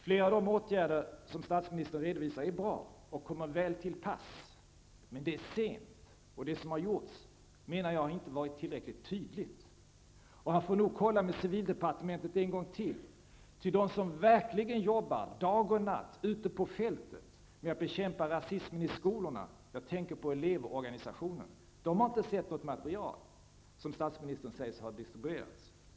Flera av de åtgärder som statsministern redovisar är bra och kommer väl till pass. Men det är sent, och det som har gjorts menar jag inte har varit tillräckligt tydligt. Han får nog kolla med civildepartementet en gång till, ty de som verkligen jobbar dag och natt ute på fältet med att bekämpa rasismen i skolorna, jag tänker på elevorganisationen, har inte sett något material, som statsministern säger har distribuerats.